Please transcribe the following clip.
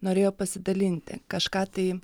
norėjo pasidalinti kažką tai